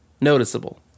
noticeable